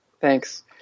thanks